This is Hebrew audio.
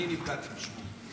אני נפגעתי בשמו.